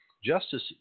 justice